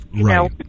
Right